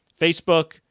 Facebook